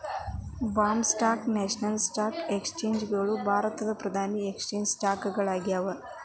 Bombay stock national stock exchange ಗಳು ಭಾರತದ್ ಪ್ರಧಾನ ಎಕ್ಸ್ಚೇಂಜ್ ಗಳಾಗ್ಯಾವ